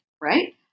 Right